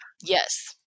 Yes